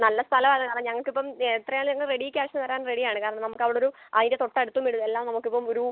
നല്ല സ്ഥലമായത് കാരണം ഞങ്ങൾക്ക് ഇപ്പം എത്രയാലും ഞങ്ങള് റെഡി ക്യാഷ് തരാൻ റെഡിയാണ് കാരണം നമുക്ക് അവിടെ ഒരു അതിൻ്റെ തൊട്ടടുത്തും വീട് എല്ലാം നമുക്ക് ഇപ്പം ഒരു